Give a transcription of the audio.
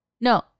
No